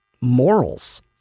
morals